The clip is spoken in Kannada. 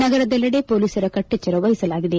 ನಗರದೆಲ್ಲೆಡೆ ಪೊಲೀಸರ ಕಟ್ಟೆಚ್ಚರ ವಹಿಸಲಾಗಿದೆ